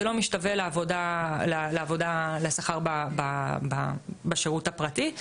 זה לא משתווה לשכר בשירות הפרטי,